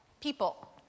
People